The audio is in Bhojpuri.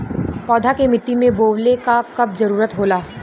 पौधा के मिट्टी में बोवले क कब जरूरत होला